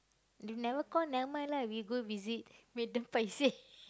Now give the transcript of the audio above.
they never call never mind lah we go visit make them paiseh